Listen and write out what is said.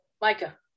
Micah